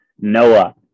Noah